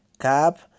cap